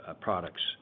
products